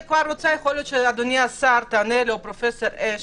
יכול להיות שהשר או פרופ' אש